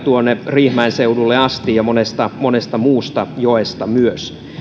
riihimäen seudulle asti ja monesta monesta muusta joesta myös